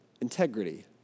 Integrity